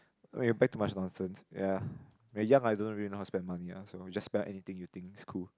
oh your bag too much nonsense ya when young ah you don't really know how to spend money ah so you just spend on anything you think it's cool